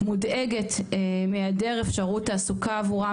מודאגת מהעדר אפשרות תעסוקה עבורם,